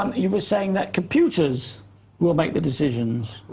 um you were saying that computers will make the decisions.